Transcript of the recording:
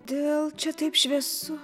dėl čia taip šviesu